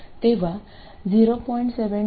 तेव्हा 0